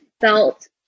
felt